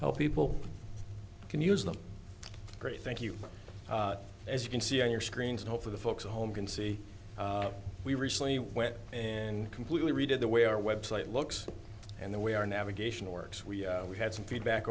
help people can use the great thank you as you can see on your screens and hope for the folks at home can see we recently went and completely redid the way our website looks and the way our navigation works we we had some feedback